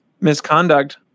misconduct